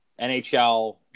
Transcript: NHL